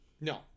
No